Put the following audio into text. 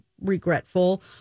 regretful